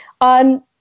on